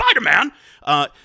Spider-Man